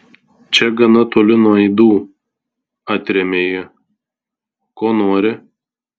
čia gana toli nuo aidų atrėmė ji ko nori